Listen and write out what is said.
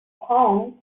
palm